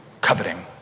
coveting